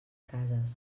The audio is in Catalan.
cases